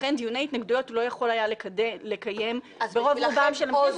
לכן דיוני התנגדויות הוא לא יכול היה לקיים ברוב רובן של הוועדות.